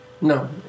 No